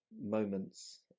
moments